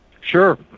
Sure